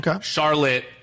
Charlotte